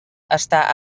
està